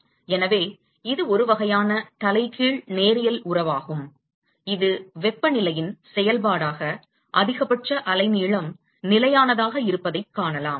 எனவே இது ஒரு வகையான தலைகீழ் நேரியல் உறவாகும் இது வெப்பநிலையின் செயல்பாடாக அதிகபட்ச அலைநீளம் நிலையானதாக இருப்பதைக் காணலாம்